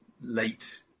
late